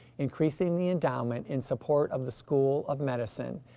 increasing the endowment in support of the school of medicine,